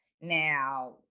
Now